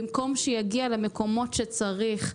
במקום שיגיע למקומות שצריך.